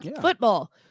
Football